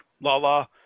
lala